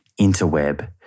interweb